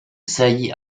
sailly